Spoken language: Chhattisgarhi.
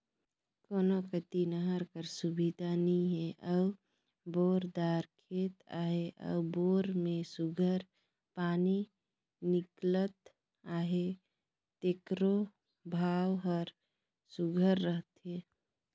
कोनो कती नहर कर सुबिधा नी हे अउ बोर दार खेत अहे अउ बोर में सुग्घर पानी हिंकलत अहे तेकरो भाव हर सुघर रहथे